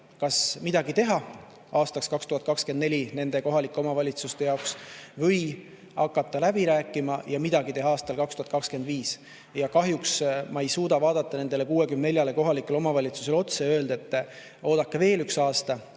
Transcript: kas midagi teha aastaks 2024 teiste kohalike omavalitsuste jaoks või hakata läbi rääkima ja midagi teha aastal 2025. Kahjuks ma ei suuda vaadata nendele 64 kohalikule omavalitsustele otsa ja öelda, et oodake veel üks aasta.